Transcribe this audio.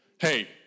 Hey